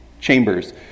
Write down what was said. chambers